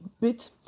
bit